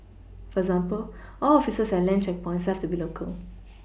for example all officers at land checkpoints have to be local